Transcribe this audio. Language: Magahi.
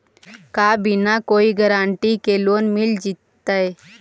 का बिना कोई गारंटी के लोन मिल जीईतै?